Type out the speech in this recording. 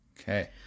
Okay